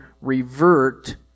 revert